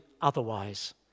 otherwise